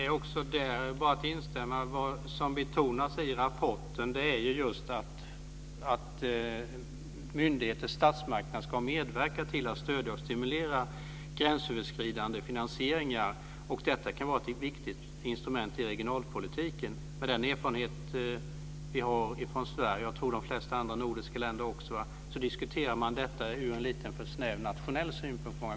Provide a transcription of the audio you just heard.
Fru talman! Det är bara att instämma i vad som betonas i rapporten, nämligen att myndigheter - statsmakterna - ska medverka till att stödja och stimulera gränsöverskridande finansieringar. Detta kan vara ett viktigt instrument i regionalpolitiken. Men med den erfarenhet vi har från Sverige - och de flesta andra nordiska länderna - diskuteras denna fråga från en lite för snäv nationell synpunkt.